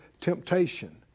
temptation